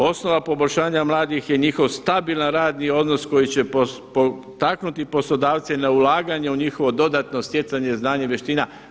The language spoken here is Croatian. Osnova poboljšanja mladih je njihov stabilan radni odnos koji će potaknuti poslodavce na ulaganje u njihovo dodatno stjecanje znanja i vještina.